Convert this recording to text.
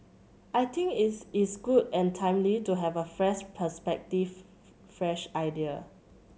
I think it is good and timely to have a fresh perspective fresh ideas